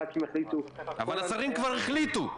חברי כנסת יחליטו --- אבל השרים כבר החליטו.